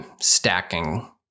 stacking